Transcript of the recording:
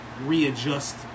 Readjust